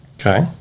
Okay